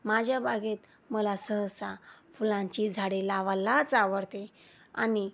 माझ्या बागेत मला सहसा फुलांची झाडे लावालाच आवडते आणि